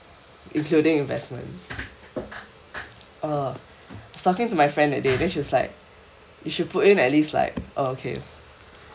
including investments uh I was talking to my friend that day then she was like you should put in at least like uh okay